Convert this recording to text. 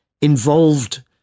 involved